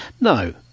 no